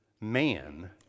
man